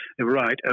Right